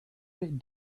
bit